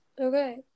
okay